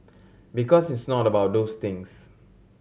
because it's not about those things